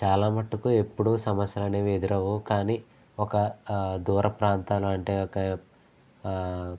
చాలా మట్టుకు ఎప్పుడు సమస్యలనేవి ఎదురవ్వవు కానీ ఒక దూర ప్రాంతాలు అంటే ఒక